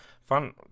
Fun